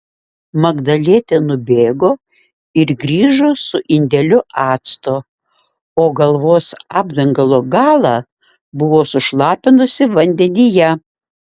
magdalietė nubėgo ir grįžo su indeliu acto o galvos apdangalo galą buvo sušlapinusi vandenyje